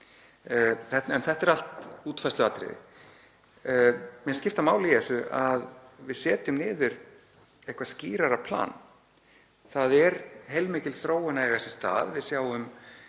En þetta eru allt útfærsluatriði. Mér finnst skipta máli í þessu að við setjum niður eitthvert skýrara plan. Það er heilmikil þróun að eiga sér stað. Við sjáum